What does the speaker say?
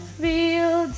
feel